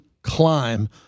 climb